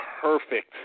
perfect